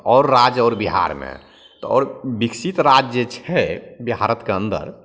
आओर राज्य आओर बिहारमे तऽ आओर विकसित राज्य जे छै भारतके अन्दर